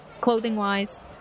Clothing-wise